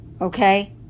Okay